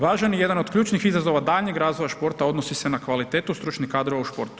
Važan je jedan od ključnih izazova daljnjeg razvoja športa odnosi se na kvalitetu stručnih kadrova u športu.